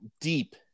deep